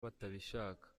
batabishaka